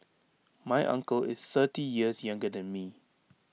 my uncle is thirty years younger than me